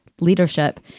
leadership